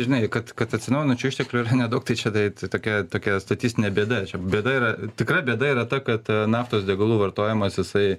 žinai kad kad atsinaujinančių išteklių nedaug tai čia dar ir tokia tokia statistinė bėda čia bėda yra tikra bėda yra ta kad naftos degalų vartojimas jisai